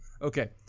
Okay